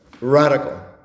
Radical